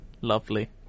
lovely